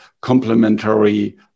complementary